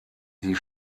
die